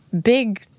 big